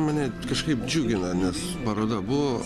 mane kažkaip džiugina nes paroda buvo